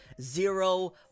Zero